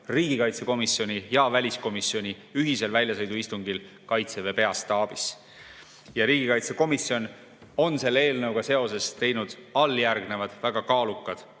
riigikaitsekomisjoni ja väliskomisjoni ühisel väljasõiduistungil Kaitseväe peastaabis. Riigikaitsekomisjon on selle eelnõuga seoses teinud järgnevad väga kaalukad